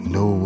no